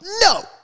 no